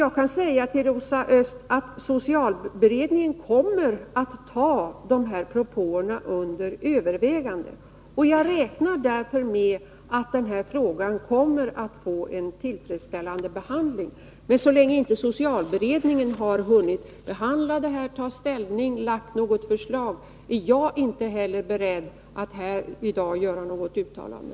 Jag kan säga till Rosa Östh att socialberedningen kommer att ta dessa propåer under övervägande, och jag räknar därför med att denna fråga kommer att få en tillfredsställande behandling. Men så länge socialberedningen inte har hunnit behandla och ta ställning till frågan och inte lagt fram något förslag, är inte heller jag beredd att här i dag göra något uttalande.